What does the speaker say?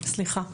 סליחה.